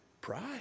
Pride